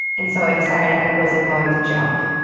and so i decided i wasn't going to jump,